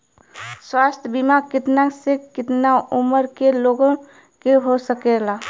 स्वास्थ्य बीमा कितना से कितना उमर के लोगन के हो सकेला?